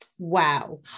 Wow